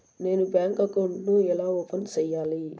నేను bank account ను ఎలా ఓపెన్ సేయాలి?